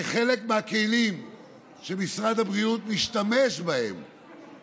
כחלק מהכלים שמשרד הבריאות משתמש בהם